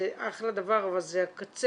זה אחלה דבר אבל זה הקצה.